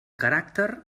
caràcter